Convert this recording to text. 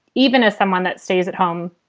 even as someone that stays at home.